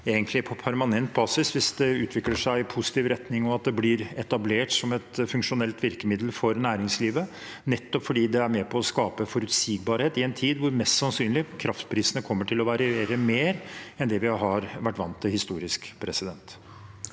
kan være på permanent basis hvis det utvikler seg i positiv retning og det blir etablert som et funksjonelt virkemiddel for næringslivet, nettopp fordi det er med på å skape forutsigbarhet i en tid hvor kraftprisene mest sannsynlig kommer til å variere mer enn det vi har vært vant til historisk.